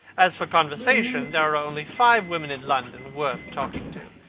as for conversation, there are only five women in london worth talking to,